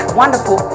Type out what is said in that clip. wonderful